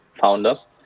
founders